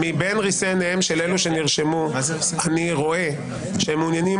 ומבין ריסי עיניהם של אלה שנרשמו אני רואה שהם מעוניינים